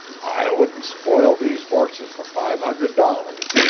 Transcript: i wouldn't spoil these horses for five hundred dollars,